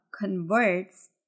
converts